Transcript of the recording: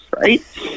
right